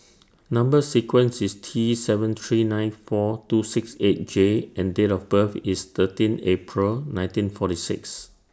Number sequence IS T seven three nine four two six eight J and Date of birth IS thirteen April nineteen forty six